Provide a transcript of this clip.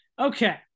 Okay